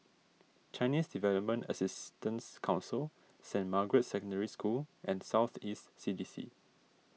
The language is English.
Chinese Development Assistance Council Saint Margaret's Secondary School and South East C D C